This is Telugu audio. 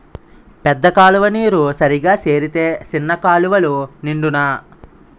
పెద్ద కాలువ నీరు సరిగా సేరితే సిన్న కాలువలు నిండునా